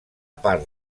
part